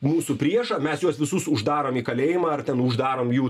mūsų priešą mes juos visus uždarom į kalėjimą ar ten uždarom jų